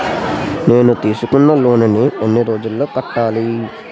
నేను తీసుకున్న లోన్ నీ ఎన్ని రోజుల్లో కట్టాలి?